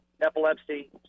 epilepsy